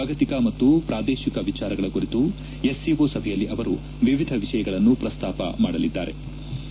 ಜಾಗತಿಕ ಮತ್ತು ಪ್ರಾದೇಶಿಕ ವಿಚಾರಗಳ ಕುರಿತು ಎಸ್ಸಿಒ ಸಭೆಯಲ್ಲಿ ಅವರು ವಿವಿಧ ವಿಷಯಗಳನ್ನು ಪ್ರಸ್ತಾಪ ಮಾದಲಿದ್ಲಾರೆ